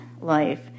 life